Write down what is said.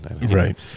Right